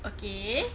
okay